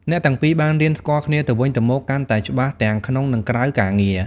អ្នកទាំងពីរបានរៀនស្គាល់គ្នាទៅវិញទៅមកកាន់តែច្បាស់ទាំងក្នុង និងក្រៅការងារ។